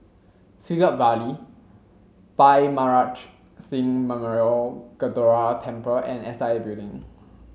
Siglap Valley Bhai Maharaj Singh Memorial Gurdwara Temple and S I A Building